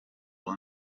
uwo